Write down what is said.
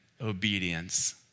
obedience